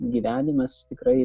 gyvenimas tikrai